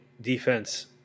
defense